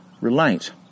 relate